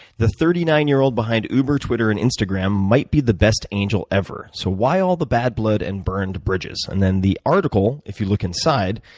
the thirty nine year old behind uber, twitter and instagram might be the best angel ever. so, why all the bad blood and burned bridges? and then, the article, if yo look inside,